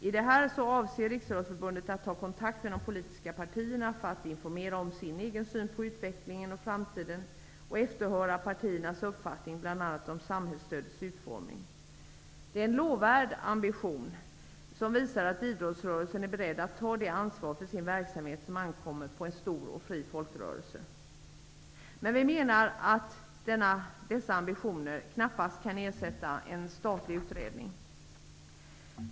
I detta arbetet avser Riksidrottsförbundet att ta kontakt med de politiska partierna för att informera om sin egen syn på utvecklingen och framtiden och efterhöra partiernas uppfattning bl.a. om samhällsstödets utformning. Det är en lovvärd ambition som visar att idrottsrörelsen är beredd att ta det ansvar för sin verksamhet som ankommer på en stor och fri folkrörelse. Vi i Vänsterpartiet menar dock att detta arbete knappast kan ersätta en statlig utredning.